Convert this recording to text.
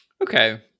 Okay